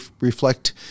reflect